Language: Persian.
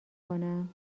کنم